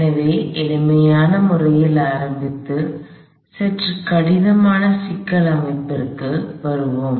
எனவே எளிமையான முறையில் ஆரம்பித்து சற்று சிக்கலான அமைப்புக்கு வளருவோம்